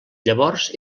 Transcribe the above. llavors